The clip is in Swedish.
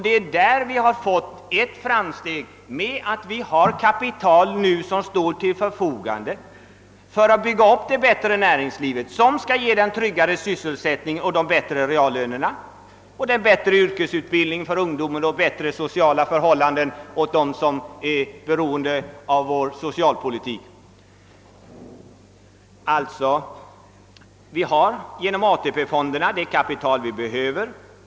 Det är där vi gått ett steg fram genom att vi nu har kapital som står till förfogande för att bygga upp det bättre näringsliv som skall ge tryggare sysselsättning och bättre löner, den bättre yrkesutbildning för ungdomen och de bättre sociala förhållanden åt dem som är beroende av vår socialpolitik. Vi har alltså genom ATP-fonderna det kapital vi behöver.